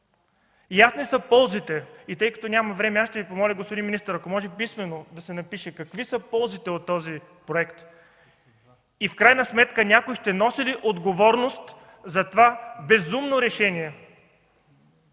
Ясни са ползите, но тъй като няма време, аз ще Ви помоля, господин министър, ако може писмено да се напише какви са ползите от този проект и в крайна сметка някой ще носи ли отговорност за това безумно решение